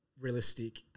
realistic